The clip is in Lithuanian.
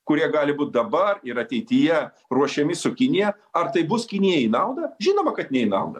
kurie gali būt dabar ir ateityje ruošiami su kinija ar tai bus kinijai į naudą žinoma kad ne į naudą